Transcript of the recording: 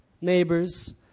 neighbors